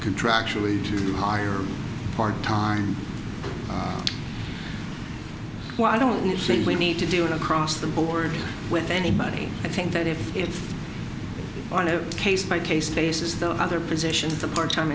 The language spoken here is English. contractually to hire part time why don't you think we need to do an across the board with anybody i think that if it's on a case by case basis though other positions are part time